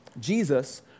Jesus